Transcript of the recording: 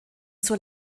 zur